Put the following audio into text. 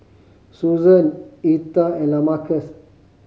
Susann Etha and Lamarcus